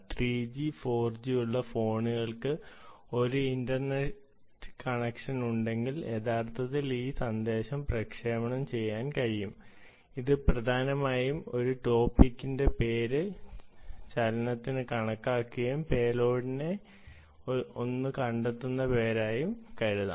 3 G 4 G ഉള്ള ഫോണുകൾക്ക് ഒരു ഇൻറർനെറ്റ് കണക്ഷനുണ്ടെങ്കിൽ യഥാർത്ഥത്തിൽ ഈ സന്ദേശം പ്രക്ഷേപണം ചെയ്യാൻ കഴിയും അത് പ്രധാനമായും ഒരു ടോപ്പിക്ക് പേര് മോഷൻ എന്നും കരുതാം